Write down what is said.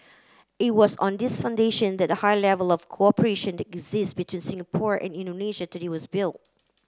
it was on this foundation that the high level of cooperation exists between Singapore and Indonesia today was built